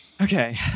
Okay